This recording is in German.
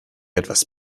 etwas